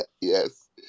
yes